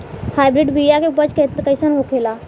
Hybrid बीया के उपज कैसन होखे ला?